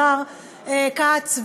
השר כץ,